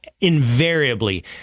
invariably